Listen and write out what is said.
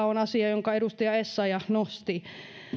on asia jonka edustaja essayah nosti